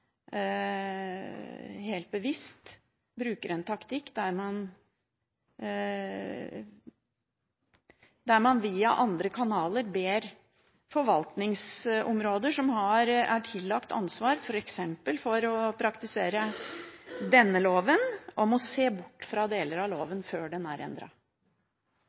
helt bevisst, bruker en taktikk der man via andre kanaler ber forvaltningsområder som er tillagt ansvar, f.eks. for å praktisere denne loven, om å se bort fra deler av loven før den er